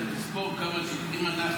יש נגדם סנקציות?